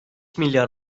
milyar